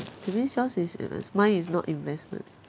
that means yours is invest~ mine is not investment